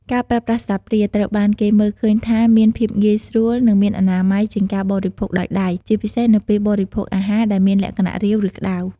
ការប្រើប្រាស់ស្លាបព្រាត្រូវបានគេមើលឃើញថាមានភាពងាយស្រួល និងមានអនាម័យជាងការបរិភោគដោយដៃ ជាពិសេសនៅពេលបរិភោគអាហារដែលមានលក្ខណៈរាវ ឬក្តៅ។